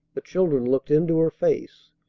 the children looked into her face,